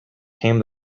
came